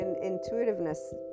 Intuitiveness